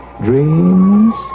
dreams